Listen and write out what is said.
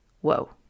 Whoa